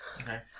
Okay